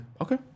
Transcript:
Okay